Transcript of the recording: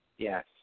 Yes